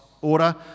order